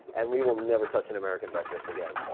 and we will never touch an american breakfast again.